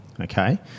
okay